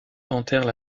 tentèrent